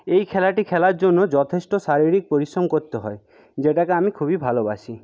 এই খেলাটি খেলার জন্য যথেষ্ট শারীরিক পরিশ্রম করতে হয় যেটাকে আমি খুবই ভালোবাসি